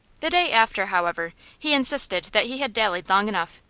the day after, however, he insisted that he had dallied long enough,